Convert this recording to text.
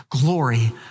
glory